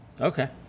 Okay